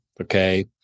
Okay